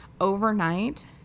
overnight